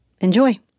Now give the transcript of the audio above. Enjoy